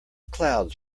clouds